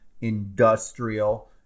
industrial